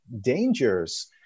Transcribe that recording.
dangers